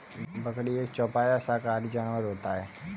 बकरी एक चौपाया शाकाहारी जानवर होता है